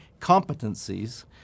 competencies